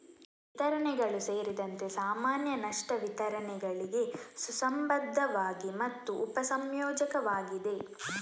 ವಿತರಣೆಗಳು ಸೇರಿದಂತೆ ಸಾಮಾನ್ಯ ನಷ್ಟ ವಿತರಣೆಗಳಿಗೆ ಸುಸಂಬದ್ಧವಾಗಿದೆ ಮತ್ತು ಉಪ ಸಂಯೋಜಕವಾಗಿದೆ